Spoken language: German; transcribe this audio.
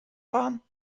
fahren